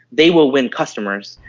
they will win customers,